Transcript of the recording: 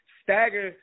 stagger